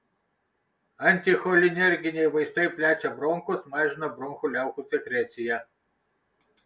anticholinerginiai vaistai plečia bronchus mažina bronchų liaukų sekreciją